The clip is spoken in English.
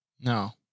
No